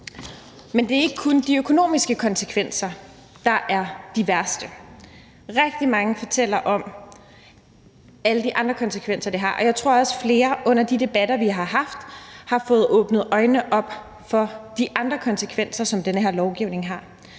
Men det er ikke kun de økonomiske konsekvenser, der er de værste. Rigtig mange fortæller om alle de andre konsekvenser, det har, og jeg tror også, at flere under de debatter, vi har haft, har fået øjnene op for de andre konsekvenser, som den her lovgivning har.